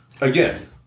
again